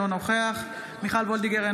אינו נוכח מיכל מרים וולדיגר,